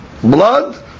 blood